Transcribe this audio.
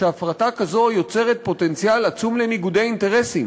הפרטה כזו יוצרת פוטנציאל עצום לניגודי אינטרסים.